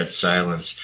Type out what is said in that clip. silence